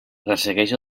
ressegueix